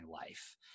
life